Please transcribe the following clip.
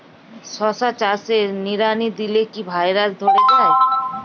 শশা চাষে নিড়ানি দিলে কি ভাইরাস ধরে যায়?